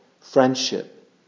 friendship